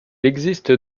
existe